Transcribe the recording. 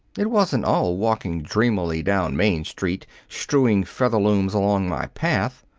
it wasn't all walking dreamily down main street, strewing featherlooms along my path.